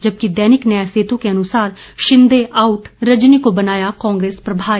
जबकि दैनिक न्याय सेतु के अनुसार शिंदे आउट रजनी को बनाया कांग्रेस प्रभारी